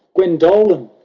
guendolen